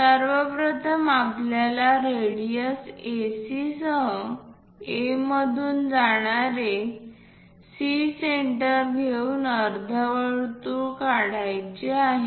सर्व प्रथम आपल्याला रेडियस AC सह A मधून जाणारे आणि C सेंटर घेऊन अर्धवर्तुळ काढायचे आहे